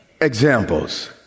Examples